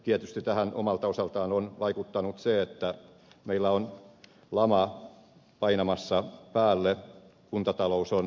tietysti tähän omalta osaltaan on vaikuttanut se että meillä on lama painamassa päälle kuntatalous on kiristymässä